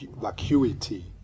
vacuity